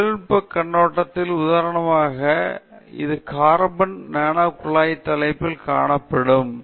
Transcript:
51 ஒரு தொழில்நுட்ப கண்ணோட்டத்தில் உதாரணமாக இது கார்பன் நானோகுழாய் தலையில் காணப்படும்